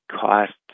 costs